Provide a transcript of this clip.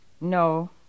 No